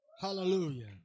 Hallelujah